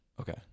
okay